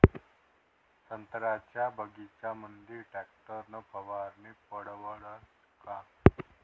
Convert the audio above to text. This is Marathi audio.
संत्र्याच्या बगीच्यामंदी टॅक्टर न फवारनी परवडन का?